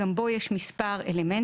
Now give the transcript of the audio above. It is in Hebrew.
גם בו יש מספר אלמנטים.